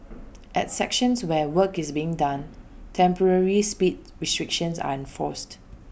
at sections where work is being done temporary speed restrictions are enforced